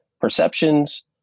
perceptions